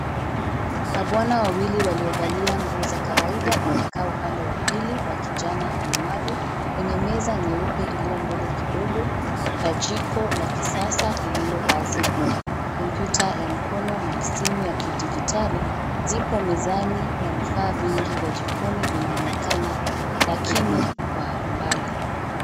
Mabwana wawili waliovalia nguo za kawaida wamekaa upande wa pili wa kijana mlemavu kwenye meza nyeupe iliyo mbele kidogo ya jiko la kisasa lililo wazi. Kompyuta ya mkono na simu ya kidijitali zipo mezani na vifaa vingi vya jikoni vinaonekana lakini kwa umbali.